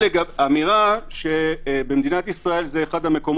האמירה שבמדינת ישראל זה אחד המדינות